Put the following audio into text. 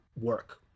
work